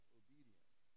obedience